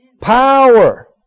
power